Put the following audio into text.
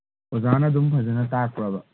ꯑꯣꯖꯥꯅ ꯑꯗꯨꯝ ꯐꯖꯅ ꯇꯥꯛꯄ꯭ꯔꯕ